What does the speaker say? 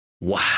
Wow